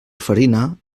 farina